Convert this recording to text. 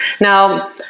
Now